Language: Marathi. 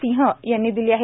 सिंह यांनी दिले आहे